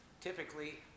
typically